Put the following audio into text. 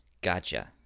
gotcha